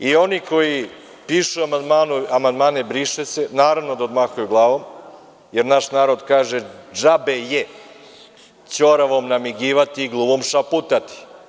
I oni koji pišu amandmane – briše se, naravno da odmahuju glavom, jer naš narod kaže: „Džabe je ćoravom namigivati i gluvom šaputati“